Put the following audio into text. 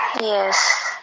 Yes